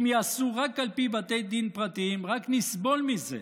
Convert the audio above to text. אם יעשו רק על פי בתי דין פרטיים רק נסבול מזה.